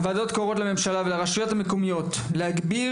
הוועדות קוראות לממשלה ולרשויות המקומיות להגביר